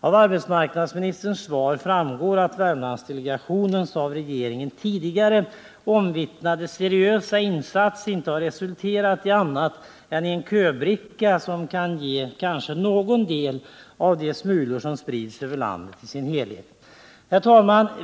Av arbetsmarknadsministerns svar framgår att Värmlandsdelegationens av regeringen tidigare omvittnade seriösa insats inte har resulterat i annat än en köbricka, som kanske kan ge någon del av de smulor som sprids över landet i dess helhet. Herr talman!